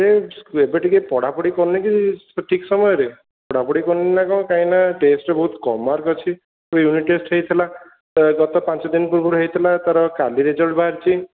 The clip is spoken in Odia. ସିଏ ଏବେ ଟିକେ ପଢ଼ାପଢ଼ି କରୁନି କି ଠିକ୍ ସମୟରେ ପଢ଼ାପଢ଼ି କରୁନି ନା କଣ କାହିଁକିନା ଟେଷ୍ଟରେ ବହୁତ କମ୍ ମାର୍କ ଅଛି ଯେଉଁ ୟୁନିଟ ଟେଷ୍ଟ ହେଇଥିଲା ଗତ ପାଞ୍ଚ ଦିନ ପୂର୍ବରୁ ହେଇଥିଲା ତା ର କାଲି ରେଜଲ୍ଟ ବାହାରିଛି